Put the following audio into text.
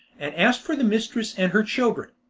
and asked for the mistress and her children.